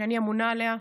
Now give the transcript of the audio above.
שאני אמונה עליה,